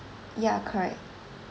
ya correct